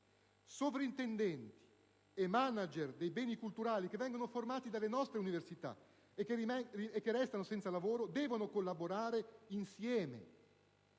Soprintendenti e *manager* dei beni culturali, che vengono formati dalle nostre università e che restano senza lavoro, devono collaborare insieme: